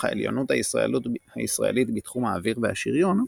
העליונות הישראלית בתחום האוויר והשריון,